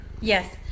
Yes